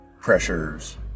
pressures